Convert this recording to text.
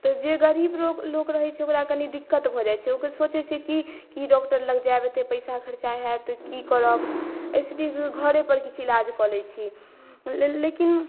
तऽ जे गरीब रोक लोक रहैत छै ओकरा कनिक दिक्कत भऽ जाइत छै ओ सोचैत छै कि की डॉक्टर लग जायब एतेक पैसा खर्चा हैत की करब ओहिसँ नीक घरेपर किछु इलाज कऽ लैत छी लेकिन